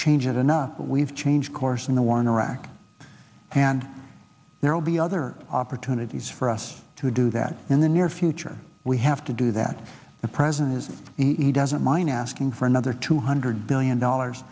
change it enough that we've changed course in the war in iraq and they're all the other opportunities for us to do that in the near future we have to do that the president is he doesn't mind asking for another two hundred billion dollars